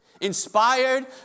inspired